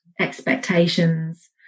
expectations